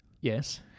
Yes